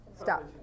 stop